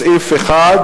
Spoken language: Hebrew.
מסעיף 1